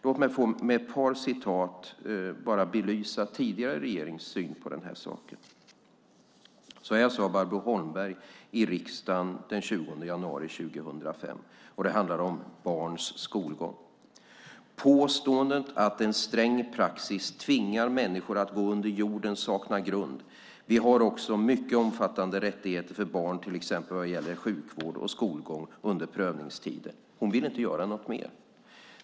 Jag ska med ett par referat bara belysa tidigare regerings syn på detta. Barbro Holmberg sade beträffande barns skolgång följande i riksdagen den 20 januari 2005: Påståendet att en sträng praxis tvingar människor att gå under jorden saknar grund. Vi har också mycket omfattande rättigheter för barn till exempel vad gäller sjukvård och skolgång under prövningstiden. Hon ville inte göra något mer.